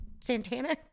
Santana